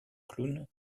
clown